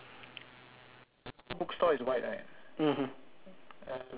mmhmm